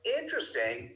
interesting